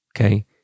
Okay